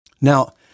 Now